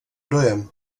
dojem